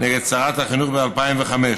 נגד שרת החינוך ב-2005.